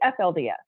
FLDS